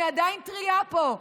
אני עדיין טרייה פה,